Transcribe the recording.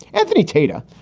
anthony tata,